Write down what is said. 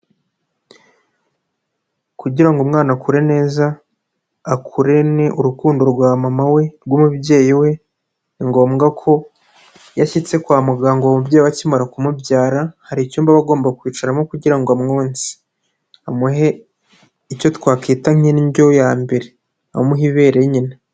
Kugira ngo umwana akure neza akurane urukundo rwa mama we rw'umubyeyi we ni ngombwa ko iyo ashyitse kwa muganga umubyeyi akimara kumubyara hari icyumba aba agomba kwicaramo kugira ngo amwonse, amuhe icyo twakita nk'indyo ya mbere, amuhe ibere nyine!